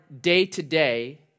day-to-day